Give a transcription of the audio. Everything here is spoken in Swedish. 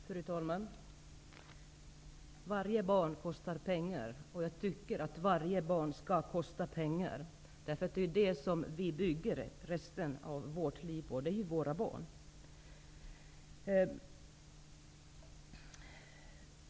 Fru talman! Varje barn kostar pengar. Jag tycker att varje barn skall få kosta pengar. Barnen är ju dem som vi bygger vår framtid på.